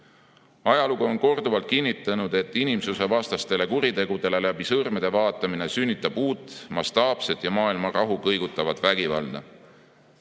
Ajalugu on korduvalt kinnitanud, et inimsusevastastele kuritegudele läbi sõrmede vaatamine sünnitab uut mastaapset ja maailma rahu kõigutavat vägivalda.